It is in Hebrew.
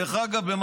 דרך אגב,